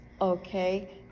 Okay